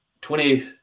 Twenty